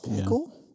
Pickle